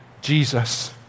Jesus